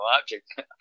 object